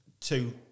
two